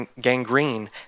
gangrene